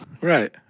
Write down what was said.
Right